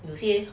有些